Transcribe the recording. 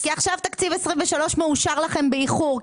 כי עכשיו תקציב 23' מאושר לכם באיחור,